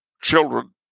children